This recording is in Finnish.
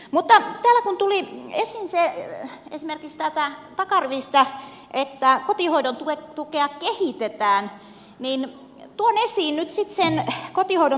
mutta täällä kun tuli esiin se esimerkiksi täältä takarivistä että kotihoidon tukea kehitetään niin tuon esiin nyt sitten sen kotihoidon tuen reaaliarvon